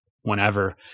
whenever